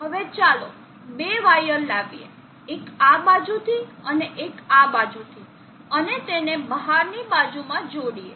હવે ચાલો બે વાયર લાવીએ એક આ બાજુથી અને એક આ બાજુથી અને તેને બહારની બાજુમાં જોડીએ